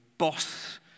boss